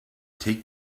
take